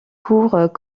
cours